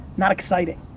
not exciting